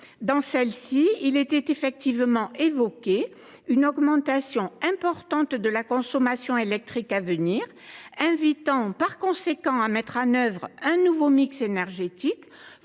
sur l’électricité ? Cette note évoquait une augmentation importante de la consommation électrique à venir et invitait par conséquent à mettre en œuvre un nouveau mix énergétique,